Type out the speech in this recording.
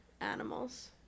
animals